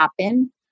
happen